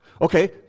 Okay